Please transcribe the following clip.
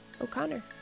O'Connor